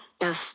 yes